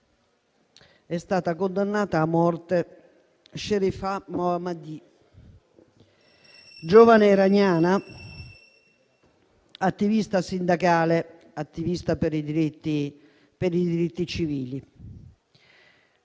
è stata condannata a morte Sharifeh Mohammadi, giovane iraniana, attivista sindacale e attivista per i diritti civili.